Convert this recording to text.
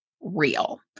real